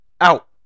out